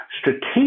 strategic